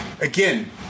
Again